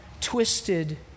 twisted